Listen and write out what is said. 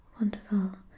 Wonderful